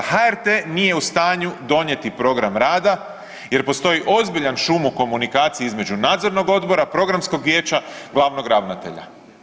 HRT nije u stanju donijeti program rada jer postoji ozbiljan šum u komunikaciji između nadzornog odbora, programskog vijeća, glavnog ravnatelja.